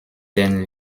den